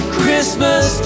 Christmas